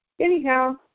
Anyhow